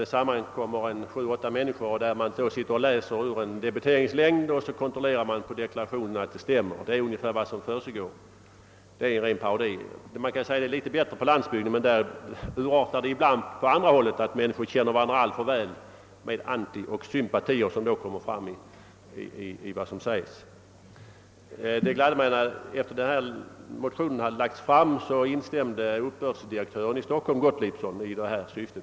Det sammanträder sju till åtta personer varvid det läses ur en debiteringslängd medan det kontrolleras att uppgifterna stämmer med deklarationen. Detta är ungefär vad som försiggår och det är som sagt en ren parodi. Det är litet bättre på landsbygden, men där urartar det. ibland på annat sätt till följd av att människor känner varandra alltför väl, vilket återspeglas i antipatier och sympatier i yttrandena. Det gladde mig att uppbördsdirektör Gottliebsson i Stockholm instämt i motionens syfte.